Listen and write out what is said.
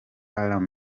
alarm